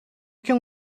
can